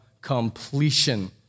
completion